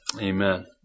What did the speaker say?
amen